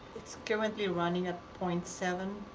it's going to be running at point seven.